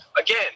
again